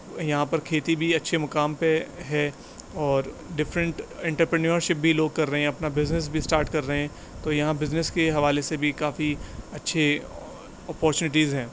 یہاں پر کھیتی بھی اچھے مقام پہ ہے اور ڈفرنٹ انٹرپرینیورشپ بھی لوگ کر رہے ہیں اپنا بزنس بھی اسٹارٹ کر رہے ہیں تو یہاں بزنس کے حوالے سے بھی کافی اچھے اپارچونیٹیز ہیں